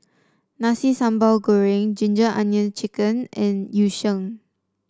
Nasi Sambal Goreng Ginger Onions chicken and Yu Sheng